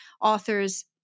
authors